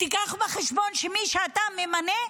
תיקח בחשבון שמי שאתה ממנה,